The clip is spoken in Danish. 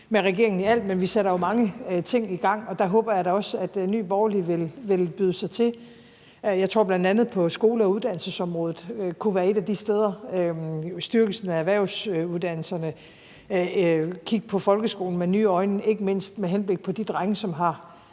med regeringen i alt, men vi sætter jo mange ting i gang, og der håber jeg da også, at Nye Borgerlige vil byde sig til. Det kunne bl.a. være i forbindelse med skole- og uddannelsesområdet, styrkelsen af erhvervsuddannelserne og at kigge på folkeskolen med nye øjne, ikke mindst med henblik på de drenge, som alt